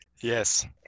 Yes